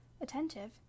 Attentive